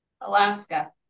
Alaska